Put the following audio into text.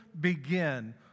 begin